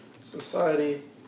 society